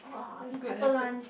that's good that's good